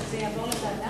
שזה יעבור לוועדה?